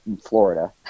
Florida